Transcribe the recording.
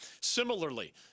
Similarly